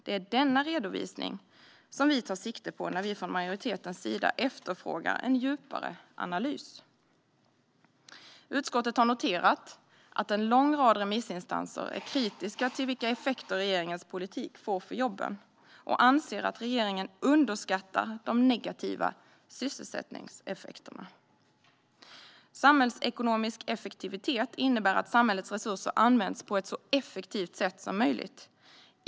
Det är denna redovisning som vi tar sikte på när vi från majoritetens sida efterfrågar en djupare analys. Utskottet har noterat att en lång rad remissinstanser är kritiska till vilka effekter regeringens politik får för jobben och anser att regeringen underskattar de negativa sysselsättningseffekterna. Samhällsekonomisk effektivitet innebär att samhällets resurser används på ett så effektivt sätt som möjligt.